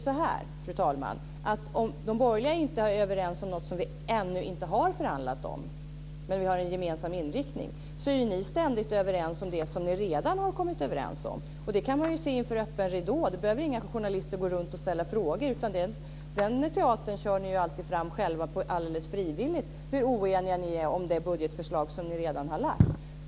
Om de borgerliga inte är överens om något som vi ännu inte har förhandlat om men där vi har en gemensam inriktning, är ni ständigt överens om det som ni redan har kommit överens om. Det kan man se inför öppen ridå. Det behöver inga journalister ställa frågor om, utan den teatern kör ni fram själva alldeles frivilligt, hur oeniga ni än är om det budgetförslag som ni redan har lagt fram.